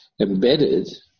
embedded